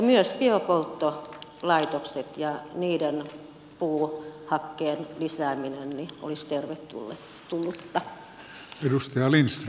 myös biopolttolaitokset ja niiden puuhakkeen lisääminen olisi tervetullutta